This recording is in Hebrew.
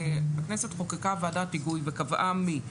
הכנסת חוקקה ועדת היגוי וקבעה מי.